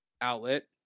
outlet